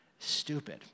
stupid